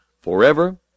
forever